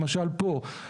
למשל פה,